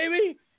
baby